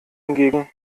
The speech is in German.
hingegen